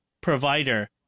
provider